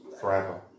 forever